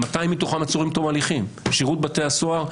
200 מתוכם עצורים עד תום הליכים בשירות בתי הסוהר.